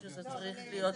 לא,